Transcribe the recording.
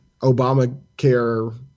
Obamacare